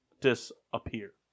disappear